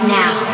now